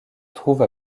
trouve